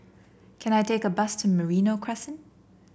can I take a bus to Merino Crescent